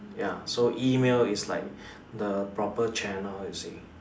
ya so email is like the proper channel you see